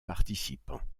participants